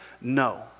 No